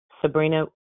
Sabrina